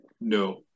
no